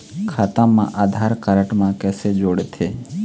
खाता मा आधार कारड मा कैसे जोड़थे?